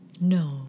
No